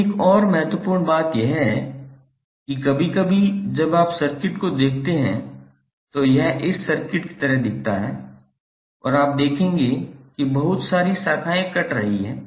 अब एक और महत्वपूर्ण बात यह है कि कभी कभी जब आप सर्किट को देखते हैं तो यह इस सर्किट की तरह दिखता है और आप देखेंगे कि बहुत सारी शाखाएँ कट रही हैं